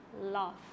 love